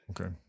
Okay